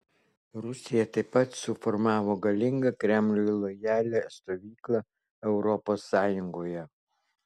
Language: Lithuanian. rusija taip pat suformavo galingą kremliui lojalią stovyklą europos sąjungoje